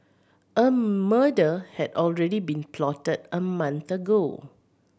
a murder had already been plotted a month ago